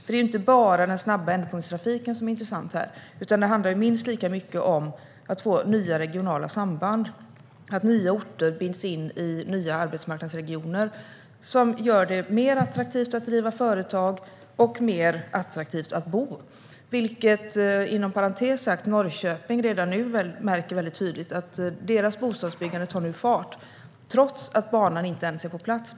Det är inte bara den snabba ändpunktstrafiken som är intressant här, utan det handlar minst lika mycket om att få nya regionala samband och att nya orter binds in i nya arbetsmarknadsregioner, vilket gör det attraktivare att driva företag och attraktivare att bo. Inom parentes sagt märker Norrköping redan nu väldigt tydligt att deras bostadsbyggande tar fart, trots att banan inte ens är på plats.